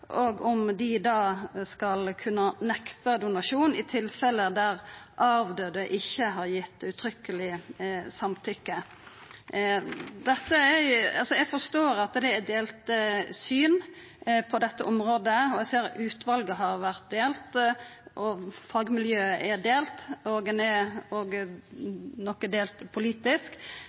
og om dei skal kunna nekta donasjon i tilfelle der avdøde ikkje har gitt uttrykkeleg samtykke. Eg forstår at det er delte syn på dette området. Eg ser at utvalet har vore delt, fagmiljøet er delt, og ein er òg noko delt politisk.